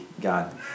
God